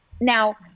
Now